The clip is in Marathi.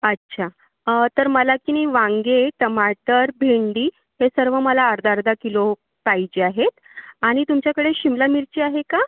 अच्छा तर मला की नाही वांगे टमाटर भिंडी हे सर्व मला अर्धा अर्धा किलो पाहिजे आहेत आणि तुमच्याकडे शिमला मिरची आहे का